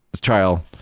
Trial